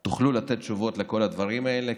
אם תוכלו לתת תשובות על כל הדברים האלה,